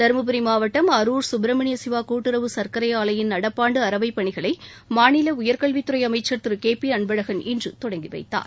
தருமபுரி மாவட்டம் அரூர் சுப்பிரமணிய சிவா கூட்டுறவு சர்க்கரை ஆலையின் நடப்பாண்டு அரவை பணிகளை மாநில உயர்கல்வித்துறை அமைச்சர் திரு கே பி அன்பழகன் இன்று தொடங்கி வைத்தார்